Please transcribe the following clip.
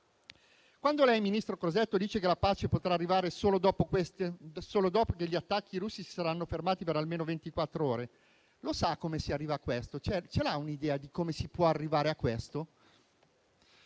Quando lei, ministro Crosetto, dice che la pace potrà arrivare solo dopo che gli attacchi russi si saranno fermati per almeno ventiquattro ore, lo sa come si arriva a questo? Ce l'ha un'idea di come si può arrivare a questo?